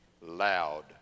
loud